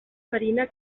farina